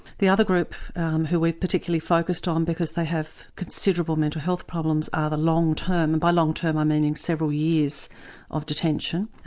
the other group who we've particularly focused on, because they have considerable mental health problems, are the long term. by long term i'm meaning several years of detention,